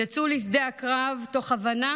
הם יצאו לשדה הקרב תוך הבנה